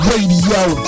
Radio